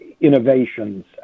innovations